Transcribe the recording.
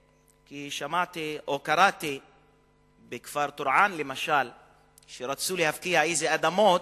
קראתי שבכפר טורעאן למשל רצו להפקיע אדמות,